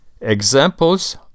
Examples